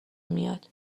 میاد